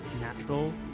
Natural